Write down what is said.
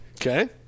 Okay